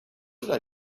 did